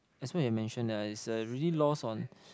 as what you have mentioned that it's a very lost on